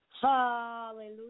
Hallelujah